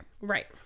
Right